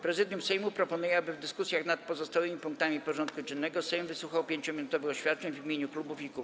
Prezydium Sejmu proponuje, aby w dyskusjach nad pozostałymi punktami porządku dziennego Sejm wysłuchał 5-minutowych oświadczeń w imieniu klubów i kół.